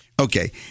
Okay